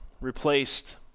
replaced